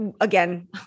again